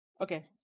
okay